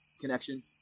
connection